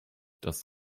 dass